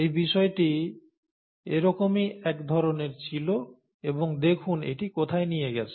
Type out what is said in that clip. এই গবেষণাটি এরকমই এক ধরণের ছিল এবং দেখুন এটি কোথায় নিয়ে গেছে